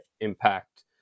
Impact